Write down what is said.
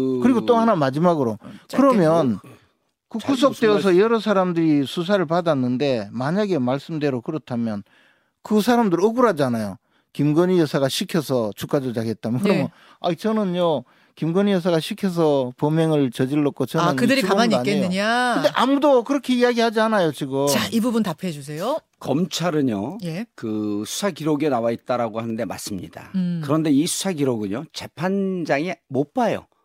그리고 또 하나 마지막으로 짧게 해요. 그러면, 어, 그 구속되어서 자, 무슨 말씀- 여러 사람들이 수사를 받았는데 만약에 말씀대로 그렇다면 그 사람들 억울하잖아요. 김건희 여사가 시켜서 주가 조작했다면 네. 그러면, 아이, 저는요, 김건희 여사가 시켜서 범행을 저질렀고 저는 아, 그들이 이 직원도 가만히 아니에요. 근데 있겠느냐? 아무도 그렇게 이야기하지 않아요, 지금. 자, 이 부분 답해주세요. 검찰은요, 예. 그 수사 기록에 나와있다라고 하는데 맞습니다. 음. 그런데 이 수사 기록은요, 재판장이 못 봐요.